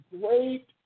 great